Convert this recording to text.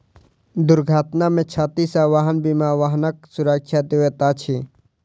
दुर्घटना में क्षति सॅ वाहन बीमा वाहनक सुरक्षा दैत अछि